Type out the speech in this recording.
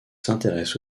s’intéresse